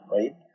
Right